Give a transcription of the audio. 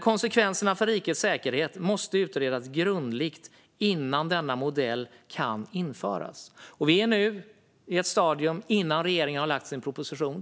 Konsekvenserna för rikets säkerhet måste utredas grundligt innan denna modell kan införas. Vi är i stadiet innan regeringen har lagt fram sin proposition.